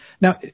Now